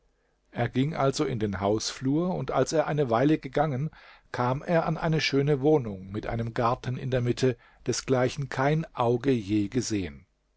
er ging also in den hausflur und als er eine weile gegangen kam er an eine schöne wohnung mit einem garten in der mitte desgleichen kein auge je gesehen